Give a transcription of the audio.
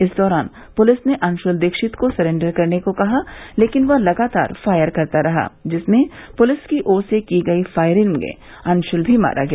इस दौरान पुलिस ने अंशुल दीक्षित को सरेन्डर करने को कहा लेकिन वह लगातार फायर करता रहा जिसमें पुलिस की ओर से की गई फायरिंग में अंशुल भी मारा गया